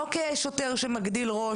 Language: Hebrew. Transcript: לא כשוטר שמגדיל ראש,